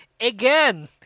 again